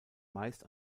meist